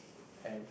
and